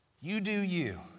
You-do-you